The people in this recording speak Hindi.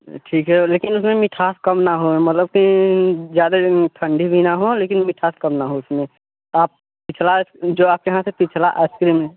ठीक है लेकिन उसमें मिठास कम ना हो मतलब कि जादे ठण्डी भी ना हो लेकिन मिठास कम ना हो उसमें आप पिछला जो आपके यहाँ से पिछला आइसक्रीम